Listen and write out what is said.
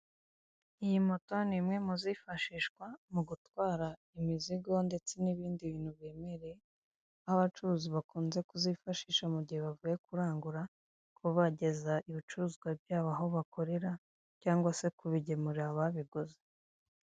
Iyi moto ni imwe mu zifashishwa mu gutwara imizigo ndetse n'ibindi bintu biremereye, aho abacuruzi bakunze kuzifashisha mu gihe bavuye kurangura, kuba bageza ibicuruzwa byabo aho bakorera, cyangwa se kubigemurarira ababiguze.